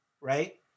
right